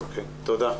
תודה.